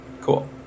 cool